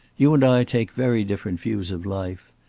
you and i take very different views of life.